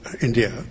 India